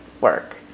work